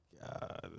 God